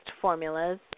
formulas